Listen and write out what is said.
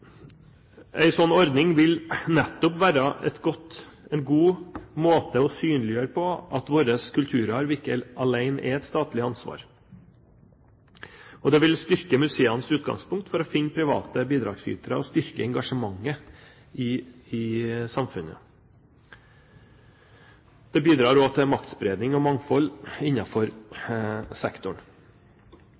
sånn ordning vil nettopp være en god måte å synliggjøre det på at vår kulturarv ikke alene er et statlig ansvar. Det vil styrke museenes utgangspunkt for å finne private bidragsytere og styrke engasjementet i samfunnet. Det bidrar også til maktspredning og mangfold innenfor sektoren.